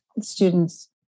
students